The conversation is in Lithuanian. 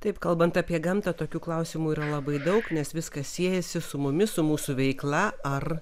taip kalbant apie gamtą tokių klausimų yra labai daug nes viskas siejasi su mumis su mūsų veikla ar